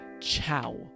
Ciao